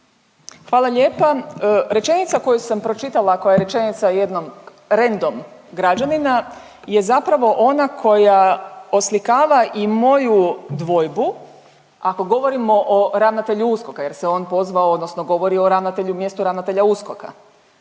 Hvala lijepa. Rečenica koju sam pročitala, a koja rečenica je jednom random građanina, je zapravo ona koja oslikava i moju dvojbu ako govorimo o ravnatelju USKOK-a jer se on pozvao, odnosno govorio o ravnatelju mjestu ravnatelja USKOK-a.